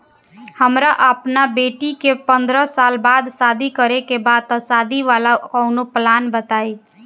हमरा अपना बेटी के पंद्रह साल बाद शादी करे के बा त शादी वाला कऊनो प्लान बताई?